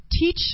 teach